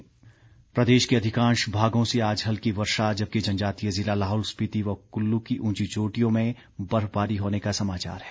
मौसम प्रदेश के अधिकांश भागों से आज हल्की वर्षा जबकि जनजातीय जिला लाहौल स्पीति व कुल्लू की उंची चोटियों में बर्फबारी होने का समाचार है